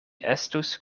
estus